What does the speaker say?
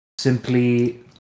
simply